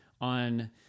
on